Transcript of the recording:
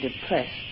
depressed